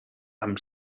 amb